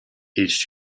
each